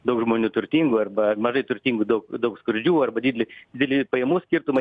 daug žmonių turtingų arba mažai turtingų daug daug skurdžių ar dideli dideli pajamų skirtumai